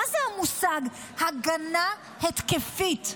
מה זה המושג הגנה התקפית?